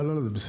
לא, זה בסדר.